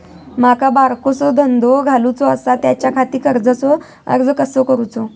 माका बारकोसो धंदो घालुचो आसा त्याच्याखाती कर्जाचो अर्ज कसो करूचो?